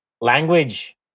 language